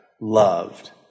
loved